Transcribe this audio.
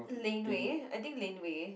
laneway I think laneway